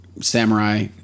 Samurai